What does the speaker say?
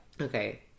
Okay